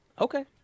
Okay